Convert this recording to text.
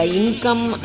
income